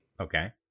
Okay